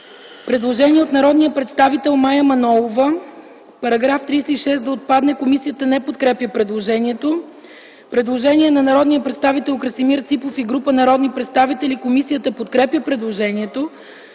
предложение от народния представител Мая Манолова -§ 36 да отпадне. Комисията не подкрепя предложението. Има предложение от народния представител Красимир Ципов и група народни представители. Комисията подкрепя предложението.